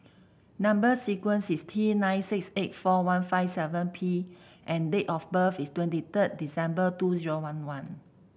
number sequence is T nine six eight four one five seven P and date of birth is twenty third December two zero one one